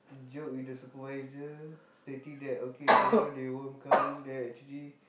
joke with the supervisor stating that okay tomorrow they won't come then actually